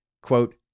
quote